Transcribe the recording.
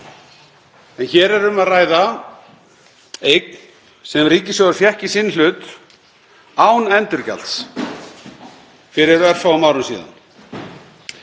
Hér er um að ræða eign sem ríkissjóður fékk í sinn hlut án endurgjalds fyrir örfáum árum síðan.